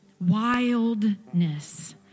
wildness